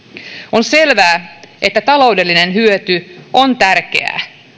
on selvää että taloudellinen hyöty on tärkeää